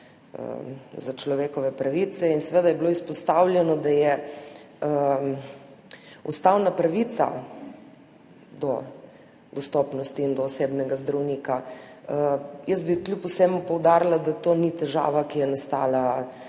za človekove pravice. In seveda je bilo izpostavljeno, da je ustavna pravica do dostopnosti in do osebnega zdravnika. Jaz bi kljub vsemu poudarila, da to ni težava, ki je nastala lani